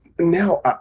Now